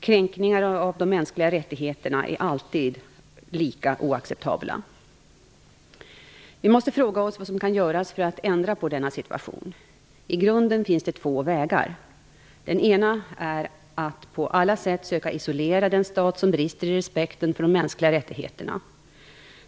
Kränkningar av de mänskliga rättigheterna är alltid lika oacceptabla. Vi måste fråga oss vad som kan göras för att ändra på denna situation. I grunden finns det två vägar. Den ena är att på alla sätt söka isolera den stat som brister i respekten för de mänskliga rättigheterna.